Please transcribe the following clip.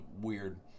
Weird